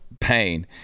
pain